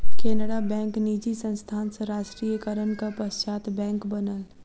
Canara bank निजी संस्थान सॅ राष्ट्रीयकरणक पश्चात बैंक बनल